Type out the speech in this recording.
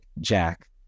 Jack